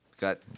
Got